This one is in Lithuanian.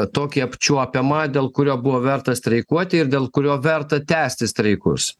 tokį apčiuopiamą dėl kurio buvo verta streikuoti ir dėl kurio verta tęsti streikus